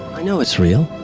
i know it's real.